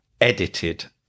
edited